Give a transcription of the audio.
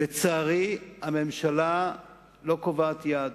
לצערי, הממשלה לא קובעת יעד.